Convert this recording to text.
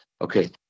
Okay